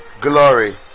Glory